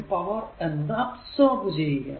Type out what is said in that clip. power എന്നത് absorb ചെയ്യുകയാണ്